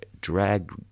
drag